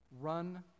Run